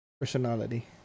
personality